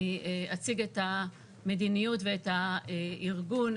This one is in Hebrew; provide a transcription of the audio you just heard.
אני אציג את המדיניות ואת הארגון,